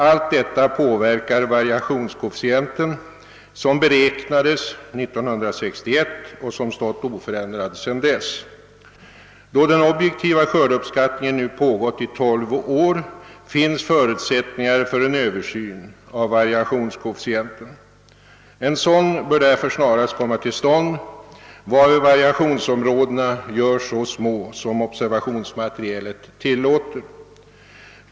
Allt detta påverkar variationskoefficienten som beräknades 1961 och som stått oförändrad sedan dess. Då den objektiva skördeuppskattningen nu pågått i tolv år finns förutsättningar för en översyn av variationskoefficienten. En sådan bör därför snarast komma till stånd, varvid variationsområdena görs så små som observationsmaterialet tillåter.